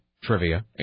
trivia